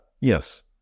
Yes